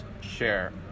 share